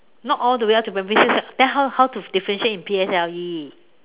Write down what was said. not all the way up to primary six ah then how how to different in P_S_L_E